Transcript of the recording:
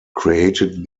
created